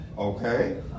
Okay